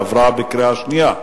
עברה בקריאה שנייה.